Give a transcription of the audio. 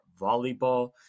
volleyball